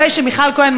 אחרי שמיכל כהן,